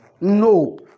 No